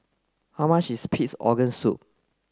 how much is pig's organ soup